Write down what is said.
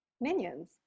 minions